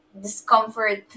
discomfort